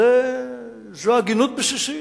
זו הגינות בסיסית,